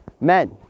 men